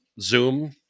Zoom